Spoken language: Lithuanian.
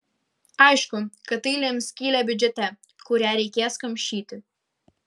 aišku kad tai lems skylę biudžete kurią reikės kamšyti